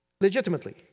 legitimately